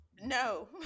No